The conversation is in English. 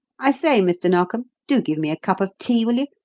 i say, mr. narkom, do give me a cup of tea, will you?